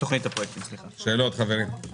שאלות, חברים.